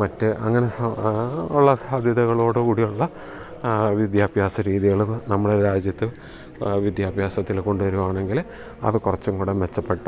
മറ്റു അങ്ങനെ ഉള്ള സാധ്യതകളോട് കൂടിയുള്ള വിദ്യാഭ്യാസ രീതികൾ നമ്മുടെ രാജ്യത്ത് വിദ്യാഭ്യാസത്തിൽ കൊണ്ട് വരികയാണെങ്കിൽ അത് കുറച്ചും കൂടെ മെച്ചപ്പെട്ട